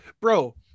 bro